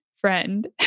friend